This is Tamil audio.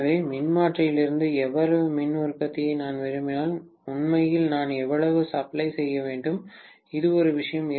எனவே மின்மாற்றியிலிருந்து இவ்வளவு மின் உற்பத்தியை நான் விரும்பினால் உண்மையில் நான் எவ்வளவு சப்ளை செய்ய வேண்டும் இது ஒரு விஷயம்